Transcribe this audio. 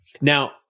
Now